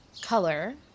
color